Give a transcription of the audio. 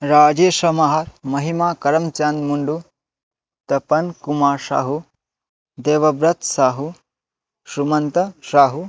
राजेशमहार् Mahima Karanchand Mundu Tapan Kumar Shahu Debabrata Sahu Sumanta Shahu